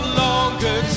longer